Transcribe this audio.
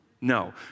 No